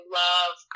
love